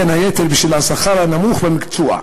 בין היתר, בשל השכר הנמוך במקצוע.